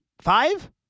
five